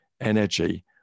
energy